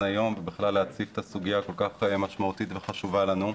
היום ולהציג את הסוגיה הכל כך משמעותית וחשובה לנו.